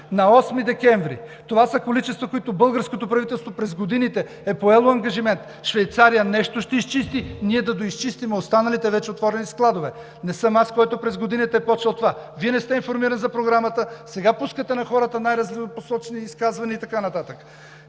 на 8 декември. Това са количества, които българското правителство през годините е поело ангажимент – Швейцария нещо ще изчисти, ние да доизчистим останалите вече отворени складове. Не съм аз, който през годините е започнал това. Вие не сте информиран за Програмата, а сега пускате на хората най-разнопосочни изказвания и така нататък.